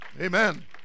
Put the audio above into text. Amen